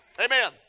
Amen